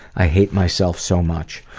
i hate myself so much.